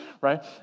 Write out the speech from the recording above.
right